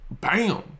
BAM